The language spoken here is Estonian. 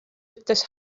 ütles